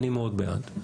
אני מאוד בעד.